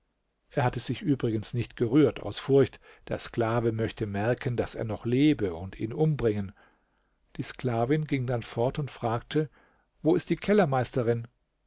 er hatte sich übrigens nicht gerührt aus furcht der sklave möchte merken daß er noch lebe und ihn umbringen die sklavin ging dann fort und fragte wo ist die kellermeisterin